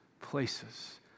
places